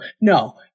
no